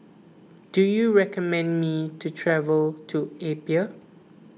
do you recommend me to travel to Apia